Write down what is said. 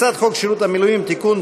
הצעת חוק שירות המילואים (תיקון,